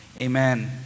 Amen